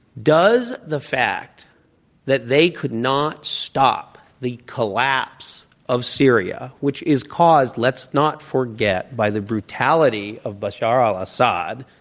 does the fact that they could not stop the collapse of syria, which is caused, let's not forget, by the brutality of bashar al-assad,